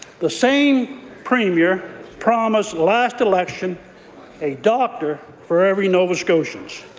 the same premier promised last election a doctor for every nova scotian.